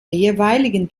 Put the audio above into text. jeweiligen